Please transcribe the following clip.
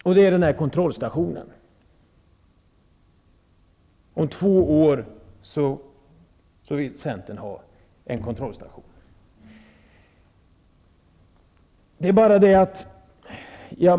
Om två år vill centern alltså ha en kontrollstation.